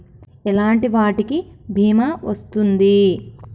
ఎలాంటి వాటికి బీమా వస్తుంది?